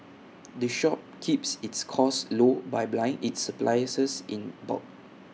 the shop keeps its costs low by bylining its supplies in bulk